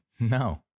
No